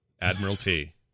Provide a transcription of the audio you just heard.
admiralty